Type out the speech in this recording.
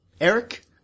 Eric